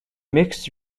mixed